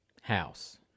House